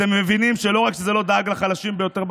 אתם מבינים שלא רק שזה לא דאג לחלשים ביותר בחברה,